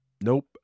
nope